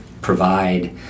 provide